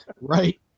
Right